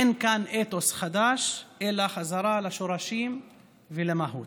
אין כאן אתוס חדש אלא חזרה לשורשים ולמהות.